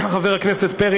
חבר הכנסת פרי,